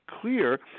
clear